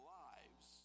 lives